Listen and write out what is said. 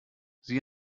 sie